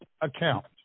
account